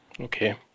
Okay